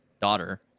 daughter